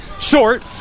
Short